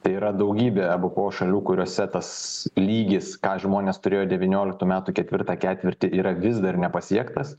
tai yra daugybė ebpo šalių kuriose tas lygis ką žmonės turėjo devynioliktų metų ketvirtą ketvirtį yra vis dar nepasiektas